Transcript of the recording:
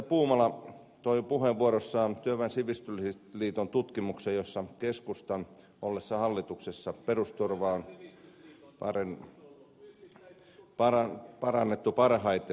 puumala toi puheenvuorossaan esille työväen sivistysliiton tutkimuksen jonka mukaan keskustan ollessa hallituksessa perusturvaa on parannettu parhaiten